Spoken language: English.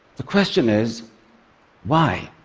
the question is why?